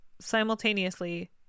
Simultaneously